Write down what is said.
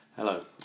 Hello